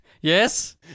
Yes